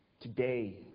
today